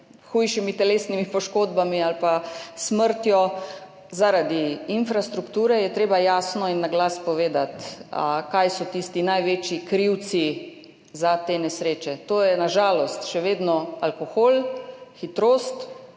hujšimi telesnimi poškodbami ali s smrtjo zaradi infrastrukture, je treba jasno in na glas povedati, kaj so tisti največji krivci za te nesreče. To je na žalost še vedno alkohol, hitrost,